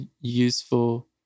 useful